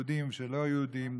יהודים ושלא יהודים,